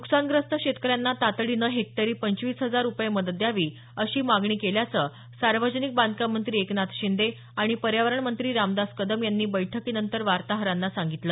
नुकसानग्रस्त शेतकऱ्यांना तातडीनं हेक्टरी पंचवीस हजार रुपये मदत द्यावी अशी मागणी केल्याचं सार्वजनिक बांधकाम मंत्री एकनाथ शिंदे आणि पर्यावरण मंत्री रामदास कदम यांनी बैठकीनंतर वार्ताहरांना सांगितलं